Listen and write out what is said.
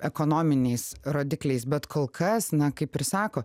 ekonominiais rodikliais bet kol kas na kaip ir sako